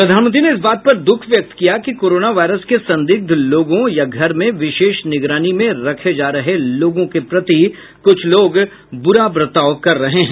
प्रधानमंत्री ने इस बात पर दुख व्यक्त किया कि कोरोना वायरस के संदिग्ध लोगों या घर में विशेष निगरानी में रखे जा रहे लोगों के प्रति कुछ लोग बुरा बर्ताव कर रहे हैं